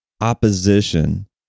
opposition